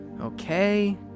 Okay